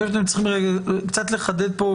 אני חושב שאתם צריכים לחדד כאן קצת.